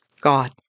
God